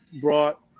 brought